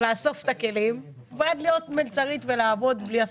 לאסוף את הכלים ועד להיות מלצרית ולעבוד בלי הפסקה.